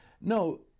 no